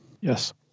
Yes